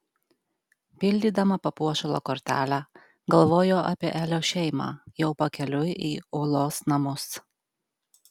pildydama papuošalo kortelę galvojo apie elio šeimą jau pakeliui į uolos namus